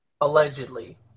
Allegedly